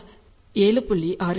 6 D